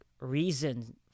reason